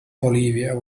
bolivia